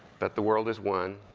that the world is one,